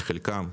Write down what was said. לחלקם,